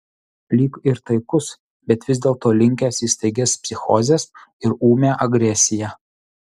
lyg ir taikus bet vis dėlto linkęs į staigias psichozes ir ūmią agresiją